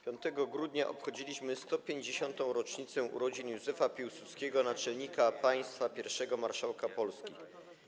5 grudnia obchodziliśmy 150. rocznicę urodzin Józefa Piłsudskiego, naczelnika państwa, pierwszego marszałka Polski.